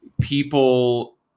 people